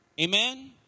Amen